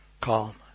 calm